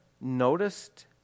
noticed